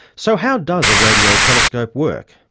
so how does a radio telescope work?